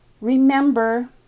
remember